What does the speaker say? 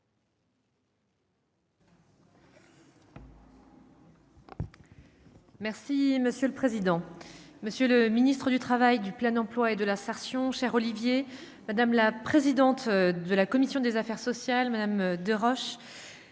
Merci monsieur le président, Monsieur le Ministre du Travail du plein emploi et de l'assertion cher Olivier, madame la présidente de la commission des affaires sociales, même de roche